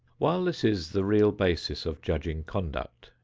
while this is the real basis of judging conduct,